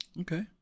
Okay